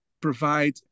provide